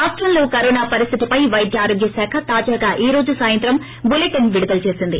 రాష్టంలో కరోనా పరిస్టితిపై వైద్య ఆరోగ్య శాఖ తాజాగా ఈరోజు సాయంత్రం బులిటెన్ విడుదల చేసింది